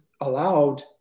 allowed